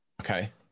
okay